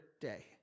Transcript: day